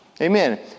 Amen